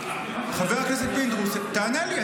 חבר הכנסת פינדרוס, תענה לי.